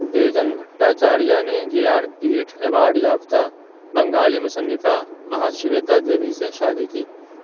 بیجن بھٹاچاریہ نے Gyanpeeth award یافتہ بنگالی مصنفہ مہا شویتا دیوی سے شادی کی